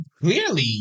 clearly